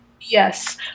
Yes